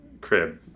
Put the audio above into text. crib